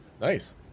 Nice